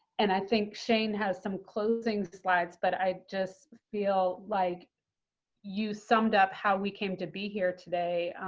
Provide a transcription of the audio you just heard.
and i think shane has some closing slides, but i just feel like you summed up how we came to be here today,